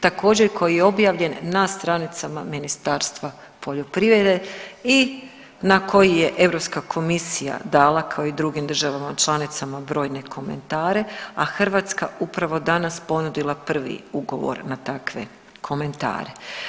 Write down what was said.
Također koji je objavljen na stranicama Ministarstva poljoprivrede i na koji je Europska komisija dala kao i drugim državama članicama brojne komentare, a Hrvatska upravo danas ponudila prvi ugovor na takve komentare.